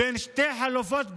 שתי חלופות גרועות: